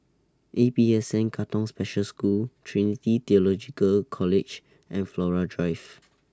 A P S N Katong Special School Trinity Theological College and Flora Drive